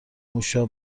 موشا